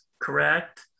correct